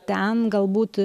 ten galbūt